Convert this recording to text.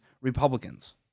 Republicans